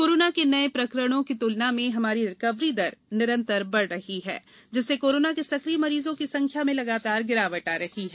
corona के नए प्रकरणों की तलना में हमारी रिकवरी दर निरंतर बढ रही हैं जिससे कोरोना के सक्रिय मरीजों की संख्या में लगातार गिरावट आ रही है